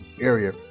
area